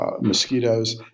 mosquitoes